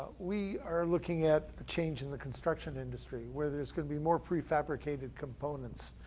we are looking at change in the construction industry, where there's gonna be more prefabricated components.